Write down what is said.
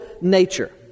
nature